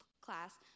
class